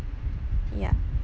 ya